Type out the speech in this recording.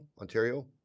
Ontario